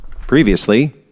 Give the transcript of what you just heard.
Previously